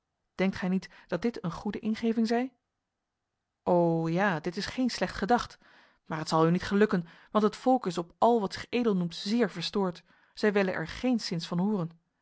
denkt gij niet dat dit een goede ingeving zij o ja dit is geen slecht gedacht maar het zal u niet gelukken want het volk is op al wat zich edel noemt zeer verstoord zij willen er geenszins van horen